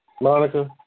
Monica